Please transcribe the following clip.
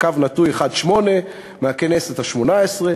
פ/4056/18 מהכנסת השמונה-עשרה,